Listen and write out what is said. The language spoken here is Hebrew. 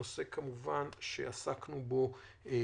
זה נושא שעסקנו בו רבות,